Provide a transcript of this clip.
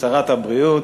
שרת הבריאות,